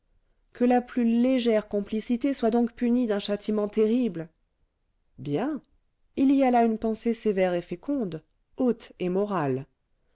que la plus légère complicité soit donc punie d'un châtiment terrible bien il y a là une pensée sévère et féconde haute et morale